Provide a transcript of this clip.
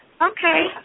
Okay